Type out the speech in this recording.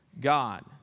God